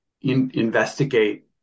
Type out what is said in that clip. investigate